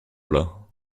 plat